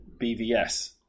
BVS